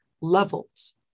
levels